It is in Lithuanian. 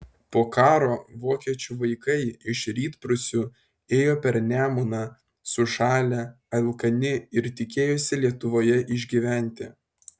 po karo vokiečių vaikai iš rytprūsių ėjo per nemuną sušalę alkani ir tikėjosi lietuvoje išgyventi